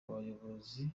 ubuyobozi